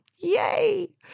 Yay